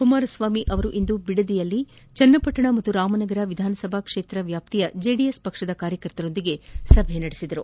ಕುಮಾರಸ್ವಾಮಿ ಅವರಿಂದು ಬಿಡದಿಯಲ್ಲಿ ಚನ್ನಪಟ್ಟಣ ಹಾಗೂ ರಾಮನಗರ ವಿಧಾನಸಭಾ ಕ್ಷೇತ್ರ ವ್ಯಾಪ್ತಿಯ ಜೆಡಿಎಸ್ ಪಕ್ಷದ ಕಾರ್ಯಕರ್ತರೊಂದಿಗೆ ಸಭೆ ನಡೆಸಿದರು